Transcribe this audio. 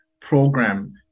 program